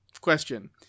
Question